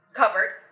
covered